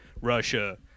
Russia